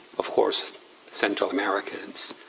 of course central americans.